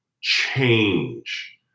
change